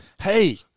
Hey